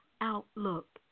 outlook